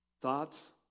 thoughts